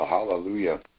Hallelujah